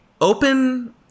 open